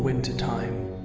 winter-time,